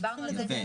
יפה.